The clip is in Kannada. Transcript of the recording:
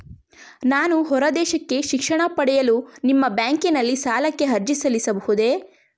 ನಾನು ಹೊರದೇಶಕ್ಕೆ ಶಿಕ್ಷಣ ಪಡೆಯಲು ನಿಮ್ಮ ಬ್ಯಾಂಕಿನಲ್ಲಿ ಸಾಲಕ್ಕೆ ಅರ್ಜಿ ಸಲ್ಲಿಸಬಹುದೇ?